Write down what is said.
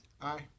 Aye